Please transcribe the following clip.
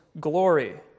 glory